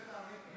תן לו,